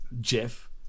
Jeff